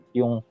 yung